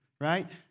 right